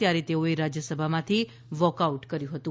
ત્યારે તેઓએ રાજ્યસભામાંથી વોકઆઉટ કર્યું હતું